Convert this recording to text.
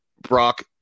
Brock